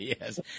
Yes